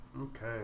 Okay